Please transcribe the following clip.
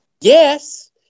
Yes